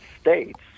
States